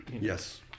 Yes